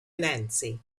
nancy